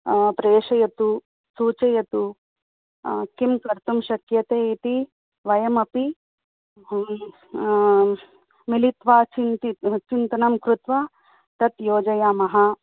प्रेषयतु सूचयतु किं कर्तुं शक्यते इति वयमपि मिलित्वा चिन्तित् चिन्तनं कृत्वा तत् योजयामः